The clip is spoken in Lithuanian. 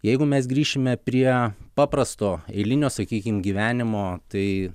jeigu mes grįšime prie paprasto eilinio sakykim gyvenimo tai